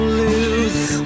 lose